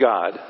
God